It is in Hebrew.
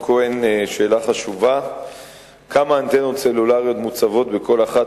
חייבות להתקין אנטנות סלולריות כדי להיטיב את הקליטה.